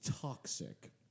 toxic